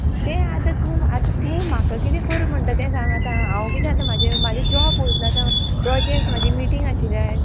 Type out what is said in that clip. तें आतां तूं आतां तूं म्हाका कितें कर म्हणटा तें सांग आतां हांव कितें आतां म्हाजें म्हाजें जॉब वयतलो आतां प्रोजेक्ट म्हाजी मिटींग आशिल्लीं आयज